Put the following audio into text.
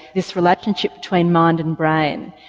this relationship between mind and brain?